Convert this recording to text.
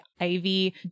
ivy